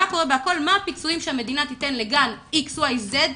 מה הפיצויים שהמדינה תיתן לגל כזה או אחר.